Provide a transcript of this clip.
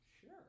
sure